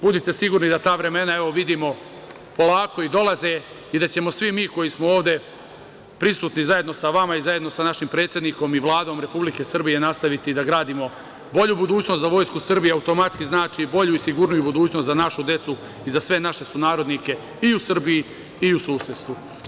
Budite sigurni da ta vremena, evo vidimo, polako i dolaze i da ćemo svi mi koji smo ovde prisutni zajedno sa vama i zajedno sa našim predsednikom i Vladom Republike Srbije nastaviti da gradimo bolju budućnost za Vojsku Srbije, što automatski znači i bolju i sigurniju budućnost za našu decu i za sve naše sunarodnike i u Srbiji i u susedstvu.